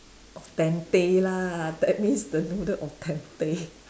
al dente lah that means the noodle al dente